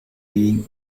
being